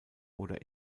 oder